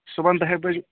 صُبحن دَہہِ بَجہِ